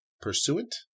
Pursuant